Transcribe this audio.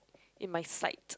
in my side